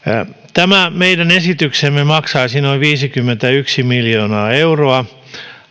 tämä meidän esityksemme maksaisi noin viisikymmentäyksi miljoonaa euroa